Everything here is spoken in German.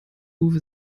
uwe